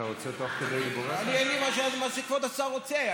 אתה רוצה תוך כדי, מה שכבוד השר רוצה.